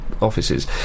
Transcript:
Offices